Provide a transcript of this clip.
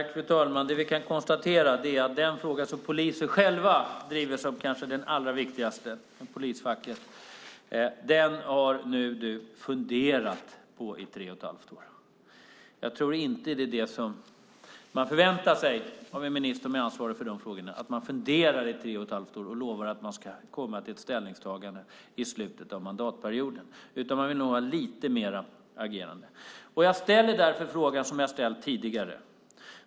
Fru talman! Vi kan konstatera att den fråga som polisen och polisfacket själva driver som den kanske allra viktigaste har du nu funderat på i tre och ett halvt år, Beatrice Ask. Jag tror inte att det man förväntar sig av en minister med ansvar för dessa frågor är att hon funderar i tre och ett halvt år och lovar att komma till ett ställningstagande i slutet av mandatperioden. Man vill nog ha lite mer agerande. Jag ställer därför frågan som jag ställt tidigare.